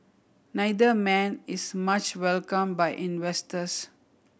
neither man is much welcome by investors